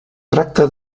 tracta